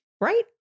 right